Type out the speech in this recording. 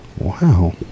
Wow